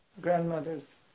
grandmother's